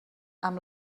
amb